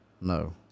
No